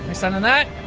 stand on that